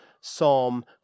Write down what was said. psalm